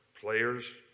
players